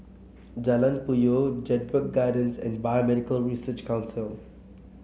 Jalan Puyoh Jedburgh Gardens and Biomedical Research Council